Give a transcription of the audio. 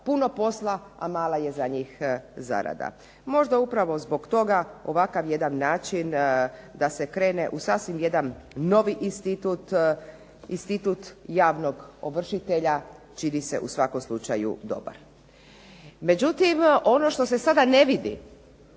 treba posla a mala je za njih zarada. Možda upravo zbog toga ovakav jedan način da se krene u sasvim jedan novi institut, institut javnog ovršitalje čini se u svakom slučaju dobar. Međutim, ono što se sada ne vidi